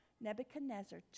Nebuchadnezzar